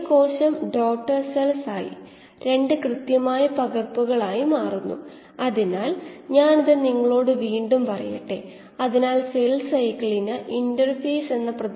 D കണ്ടുപിടിച്ചാൽ അതായത് പരമാവധി സെൽ പ്രൊഡക്റ്റിവിറ്റിയിൽ ഡൈല്യൂഷൻ റേറ്റ് Dm എന്നത്